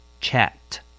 chat